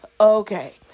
Okay